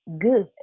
good